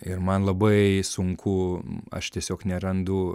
ir man labai sunku aš tiesiog nerandu